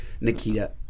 Nikita